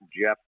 Jeff